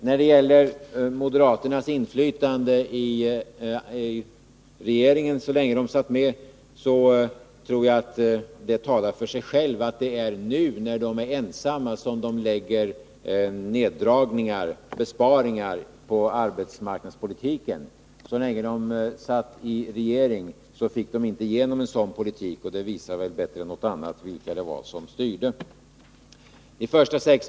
När det gäller moderaternas inflytande i regeringen så länge de satt med, så tror jag att det talar för sig självt att det är nu, då de är ensamma, som de lägger fram förslag om neddragningar, besparingar, inom arbetsmarknadspolitiken. Så länge de satt i regeringen fick de inte igenom en sådan politik, och det visar väl bättre än något annat vilka det var som styrde. Herr talman!